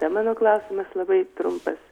mano klausimas labai trumpas